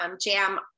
jam